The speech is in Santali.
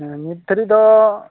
ᱱᱤᱛ ᱫᱷᱟᱹᱨᱤᱱ ᱫᱚ